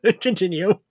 continue